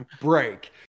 break